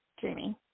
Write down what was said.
jamie